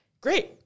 Great